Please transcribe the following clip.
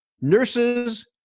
nurses